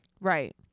Right